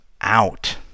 out